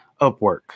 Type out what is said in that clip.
Upwork